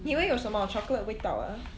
你以为有什么 chocolate 味道 ah